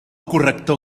corrector